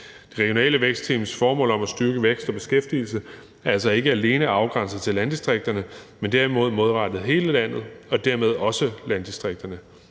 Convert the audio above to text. De regionale vækstteams mål om at styrke vækst og beskæftigelse er altså ikke alene afgrænset til landdistrikterne, men derimod målrettet hele landet og dermed også landdistrikterne.